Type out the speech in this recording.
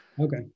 Okay